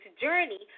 journey